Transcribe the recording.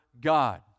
God